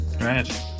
Right